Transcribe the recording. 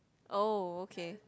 oh okay